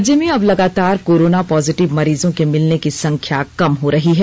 राज्य में अब लगातार कोरोना पॉजिटिव मरीजों के मिलने की संख्या कम हो रही है